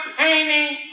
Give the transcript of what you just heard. painting